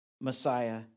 Messiah